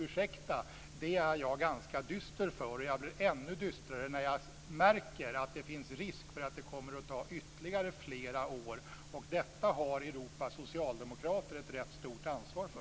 Ursäkta, men det gör mig ganska dyster. Jag blir ännu dystrare när jag märker att det finns risk för att det kommer att ta ytterligare flera år. Detta har Europas socialdemokrater ett rätt stort ansvar för.